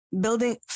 building